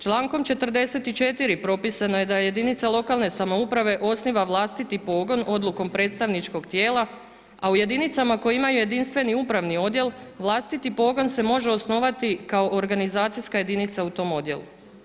Člankom 44. propisano je da jedinica lokalne samouprave osniva vlastiti pogon odlukom predstavničkog tijela a u jedinicama koje imaju jedinstveni upravni odjel, vlastiti pogon se može osnovati kao organizacijska jedinica u tom odjelu.